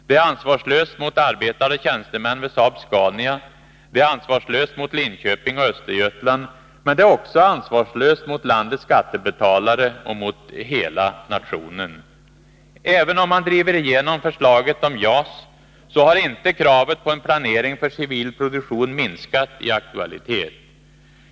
Det är ansvarslöst mot arbetare och tjänstemän vid Saab-Scania, det är ansvarslöst mot Linköping och Östergötland, men det är också ansvarslöst mot landets skattebetalare och mot hela nationen. Även om man driver igenom förslaget om JAS, så har inte kravet på en planering för civil produktion minskat i aktualitet.